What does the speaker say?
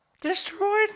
Destroyed